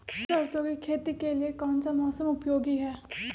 सरसो की खेती के लिए कौन सा मौसम उपयोगी है?